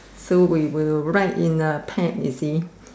so we will write in a pad you see